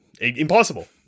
Impossible